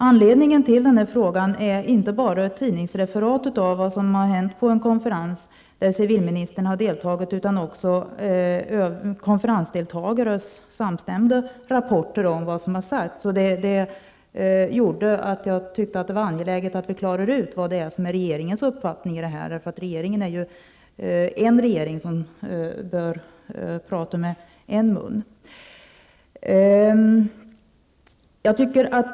Anledningen till frågan är inte bara ett tidningsreferat av vad som hänt på en konferens där civilministern har deltagit utan också konferensdeltagarnas samstämmiga rapporter om vad som har sagts. Detta gjorde att jag tycker att det är angeläget att vi klarar ut vad som är regeringens uppfattning. Vi har ju en regering, som bör tala med en mun.